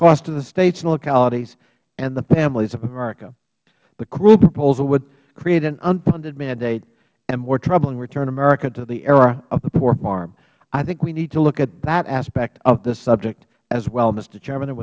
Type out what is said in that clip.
costs to the states and localities and the families of america the cruel proposal would create an unfunded mandate and more troubling return america to the era of the poor farm i think we need to look at that aspect of this subject as well